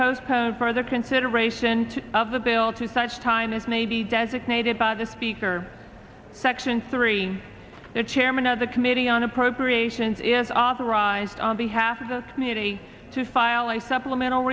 postpone further consideration of the bill to such time as may be designated by the speaker section three the chairman of the committee on appropriations is authorized on behalf of the committee to file a supplemental